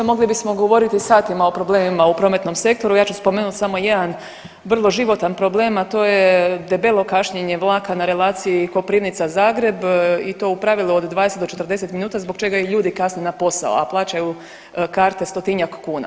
Mogli bismo govoriti satima o problemima u prometnom sektoru, a ja ću spomenut samo jedan vrlo životan problem, a to je debelo kašnjenje vlaka na relaciji Koprivnica-Zagreb i to u pravilu od 20 do 40 minuta zbog čega i ljudi kasne na posao, a plaćaju karte stotinjak kuna.